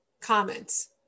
comments